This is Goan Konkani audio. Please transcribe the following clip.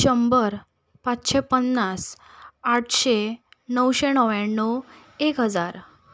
शंबर पांचशें पन्नास आठशें णवशें णव्याण्णव एक हजार